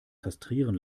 kastrieren